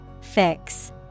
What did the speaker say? Fix